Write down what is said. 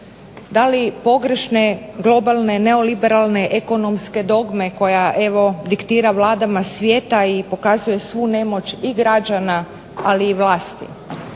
da li pogrešno globalne neoliberalne ekonomske dogme koja evo diktira vladama svijeta i pokazuje svu nemoć i građana, ali i vlasti.